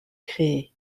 créé